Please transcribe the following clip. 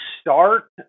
start